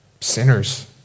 sinners